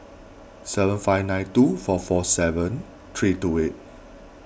seven five nine two four four seven three two eight